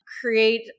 create